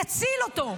יציל אותו.